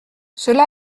cela